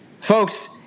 folks